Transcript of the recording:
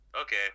okay